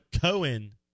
Cohen